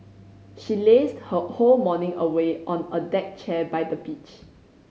she lazed her whole morning away on a deck chair by the beach